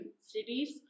cities